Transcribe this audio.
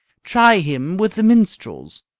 try him with the minstrels.